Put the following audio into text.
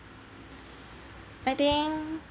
I think